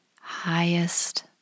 highest